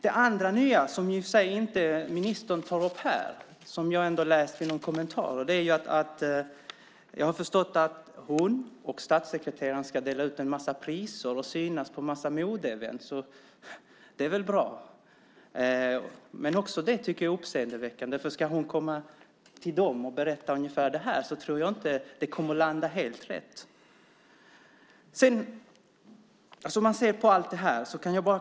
Det andra nya, som ministern inte tar upp här men som jag läste i någon kommentar, är att ministern och statssekreteraren ska dela ut en massa priser och synas på en massa modeevenemang. Det är väl bra, men också det tycker jag är uppseendeväckande. Ska hon gå till dem och berätta det här tror jag inte att det kommer att landa helt rätt.